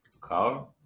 car